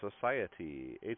Society